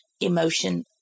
emotion